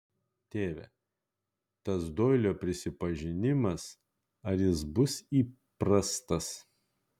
tėve tas doilio prisipažinimas ar jis bus įprastas